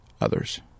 others